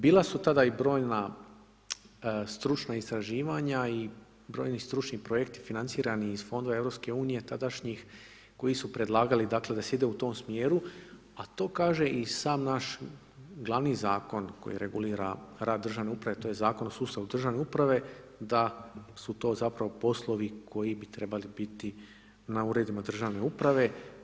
Bila su tada i brojna stručna istraživanja i brojni stručni projekti financirani iz Fondova EU tadašnjih koji su predlagali, dakle, da se ide u tome smjeru, a to kaže i sam naš glavni Zakon koji regulira rad državne uprave, to je Zakon o sustavu državne uprave da su to zapravo poslovi koji bi trebali biti na Uredima državne uprave.